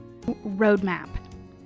Roadmap